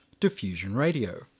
Diffusionradio